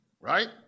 right